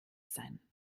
sein